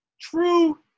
True